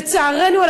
לצערנו,